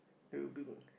it will be good